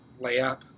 layup